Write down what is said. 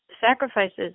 sacrifices